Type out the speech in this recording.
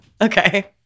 okay